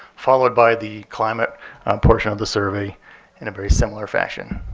followed by the climate portion of the survey in a very similar fashion.